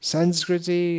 Sanskriti